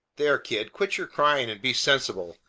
there, kid, quit your crying and be sensible.